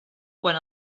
quan